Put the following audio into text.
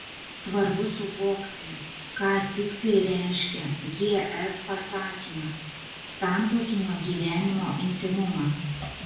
svarbu suvokti ką tiksliai reiškia gs pasakymas santuokinio gyvenimo intymumas